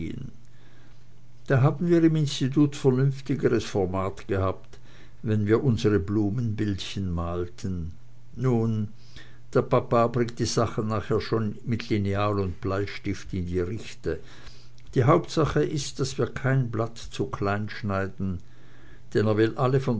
da haben wir im institut vernünftigeres format gehabt wenn wir unsere blumenbildchen malten nun der papa bringt die sachen nachher schon mit lineal und bleistift in die richte die hauptsache ist daß wir kein blatt zu klein schneiden denn er will alle